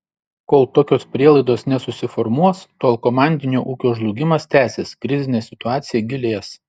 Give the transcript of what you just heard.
kol tokios prielaidos nesusiformuos tol komandinio ūkio žlugimas tęsis krizinė situacija gilės